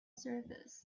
service